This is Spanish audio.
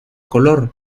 color